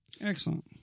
Excellent